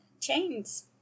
chains